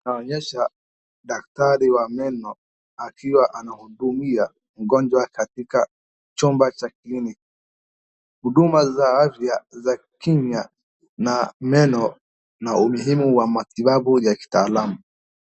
Daktari wa meno akiwa anahudumia mgonjwa katika chumba cha kliniki. Huduma za afya za kimya na meno na umuhimu wa matibabu ya kitaalam.